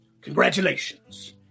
Congratulations